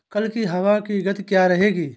कल की हवा की गति क्या रहेगी?